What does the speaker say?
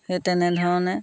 সেই তেনেধৰণে